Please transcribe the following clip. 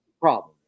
problem